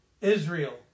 Israel